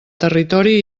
territori